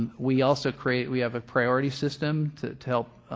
we also create we have a priority system to to help